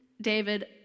David